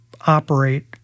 operate